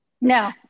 No